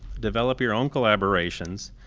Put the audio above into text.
develop your own collaborations,